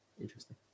Interesting